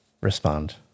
respond